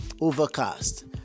Overcast